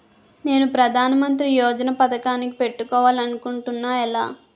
నేను ప్రధానమంత్రి యోజన పథకానికి పెట్టుకోవాలి అనుకుంటున్నా ఎలా?